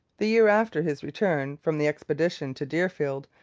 the year after his return from the expedition to deerfield,